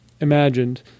imagined